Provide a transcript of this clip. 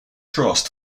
trust